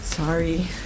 Sorry